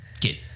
get